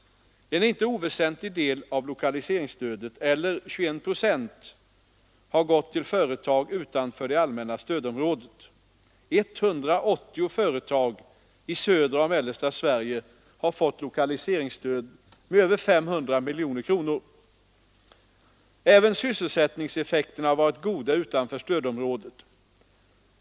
En inte oväsentlig del av lokaliseringsstödet, eller 21 procent, har gått till företag utanför det allmänna stödområdet. 180 företag i södra och mellersta Sveriga har fått lokaliseringsstöd med över 500 miljoner kronor. Även sysselsättningseffekterna har varit goda utanför stödområdet.